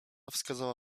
wskazała